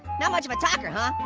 not much of a talker, huh?